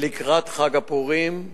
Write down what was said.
ולקראת חג הפורים,